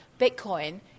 Bitcoin